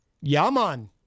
Yaman